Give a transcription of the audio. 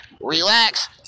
relax